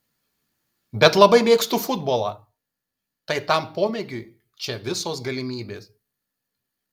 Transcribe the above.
bet labai mėgstu futbolą tai tam pomėgiui čia visos galimybės